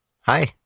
Hi